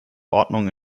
ordnung